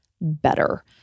better